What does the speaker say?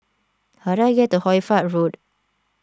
how do I get to Hoy Fatt Road